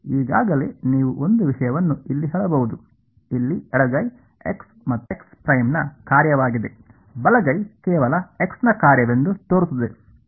ಈಗಾಗಲೇ ನೀವು ಒಂದು ವಿಷಯವನ್ನು ಇಲ್ಲಿ ಹೇಳಬಹುದು ಇಲ್ಲಿ ಎಡಗೈ x ಮತ್ತು x' ನ ಕಾರ್ಯವಾಗಿದೆ ಬಲಗೈ ಕೇವಲ x ನ ಕಾರ್ಯವೆಂದು ತೋರುತ್ತದೆ